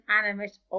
animate